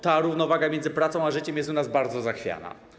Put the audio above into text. Ta równowaga między pracą a życiem prywatnym jest u nas bardzo zachwiana.